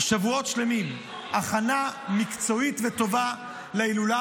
שבועות שלמים הכנה מקצועית וטובה להילולה